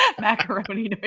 macaroni